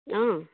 অঁ